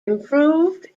improved